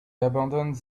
abandons